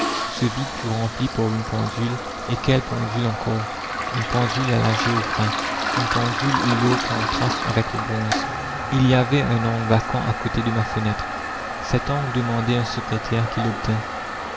ce vide fut rempli par une pendule et quelle pendule encore une pendule à la geoffrin une pendule où l'or contraste avec le bronze il y avait un angle vacant à côté de ma fenêtre cet angle demandait un secrétaire qu'il obtint